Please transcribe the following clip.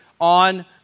on